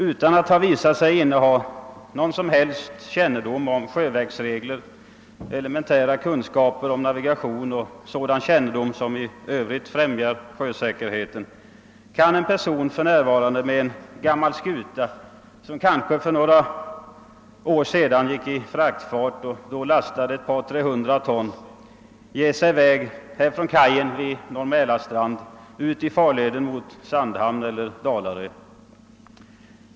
Utan att ha visat sig inneha någon som helst kännedom om sjötrafikregler, utan ens elementära kunskaper i navigation och utan sådan kännedom som i övrigt främjar sjösäkerheten kan en person för närvarande med en gammal skuta, som kanske för några år sedan gick i fraktfart och då lastade 200—300 ton, ge sig i väg från t.ex. kajen vid Norr Mälarstrand ut i farleden mot Sandhamn eller Dalarö.